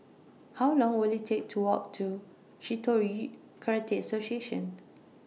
How Long Will IT Take to Walk to Shitoryu Karate Association